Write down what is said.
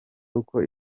uko